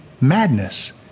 madness